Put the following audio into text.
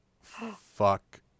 Fuck